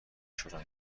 شروع